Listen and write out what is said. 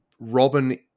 Robin